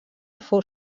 fou